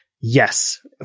Yes